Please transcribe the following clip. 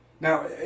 Now